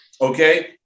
okay